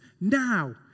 now